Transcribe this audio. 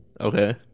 okay